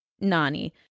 Nani